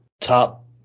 top